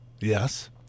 Yes